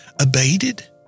abated